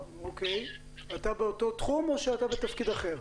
אתה באותו תחום או בתפקיד אחר?